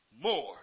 more